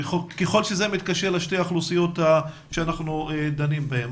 ככל שזה מתקשר לשתי האוכלוסיות שאנחנו דנים בהם.